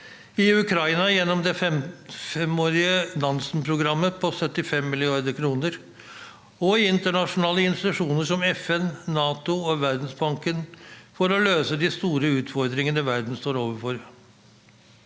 i Ukraina gjennom det femårige Nansenprogrammet på 75 mrd. kr, og i internasjonale institusjoner som FN, NATO og Verdensbanken – for å løse de store utfordringene verden står overfor.